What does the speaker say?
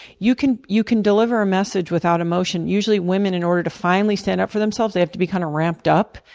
you can you can deliver a message without emotion. usually women, in order to finally stand up for themselves, they have to be kind of ramped up,